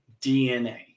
DNA